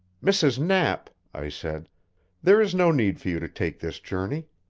mrs. knapp, i said there is no need for you to take this journey.